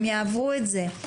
הם יעברו את זה.